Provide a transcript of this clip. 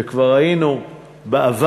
וכבר ראינו בעבר,